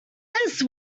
this